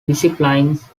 disciplines